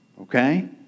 Okay